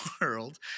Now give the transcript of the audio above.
world